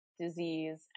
disease